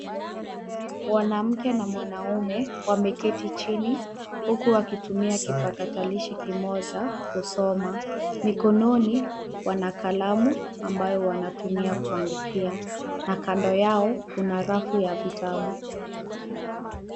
Mwanamke na mwanaume wameketi chini huku wakitumia kipakatalishi kimoja kusoma. Mkononi wana kalamu ambayo wanatumia kuandikia na kando yao kuna rafu ya vitabu.